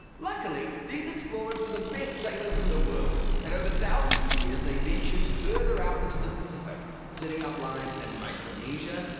luckily these explorers were the best sailors in the world. and over thousands of years, they ventured further out into the pacific, setting up lives in and micronesia,